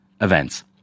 events